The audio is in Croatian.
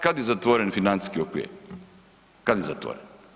Kad je zatvoren financijski okvir, kad je zatvoren?